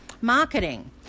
marketing